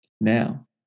Now